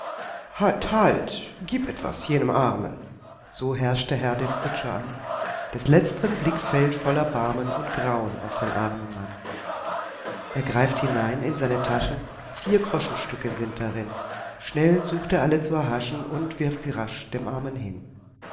halt halt gieb etwas jenem armen so herrscht der herr den kutscher an des letzteren blick fällt voll erbarmen und grauen auf den armen mann er greift hinein in seine taschen vier groschenstücke sind darin schnell sucht er alle zu erhaschen und wirft sie rasch dem armen hin